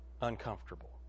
uncomfortable